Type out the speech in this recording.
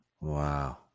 wow